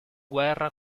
guerra